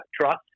trust